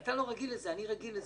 אתה לא רגיל לזה, אני רגיל לזה.